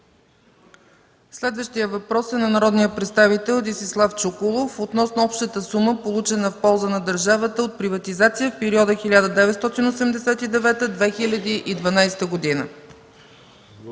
Следващият въпрос е от народния представител Десислав Чуколов относно общата сума, получена в полза на държавата от приватизация в периода 1989 2012 г.